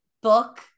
book